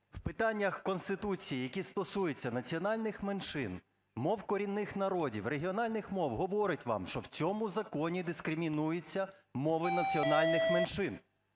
в питаннях Конституції, які стосуються національних меншин, мов корінних народів, регіональних мов, говорить вам, що в цьому законі дискримінуються мови національних меншин.